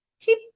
Keep